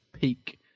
peak